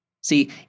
See